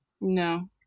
No